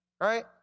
right